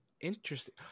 Interesting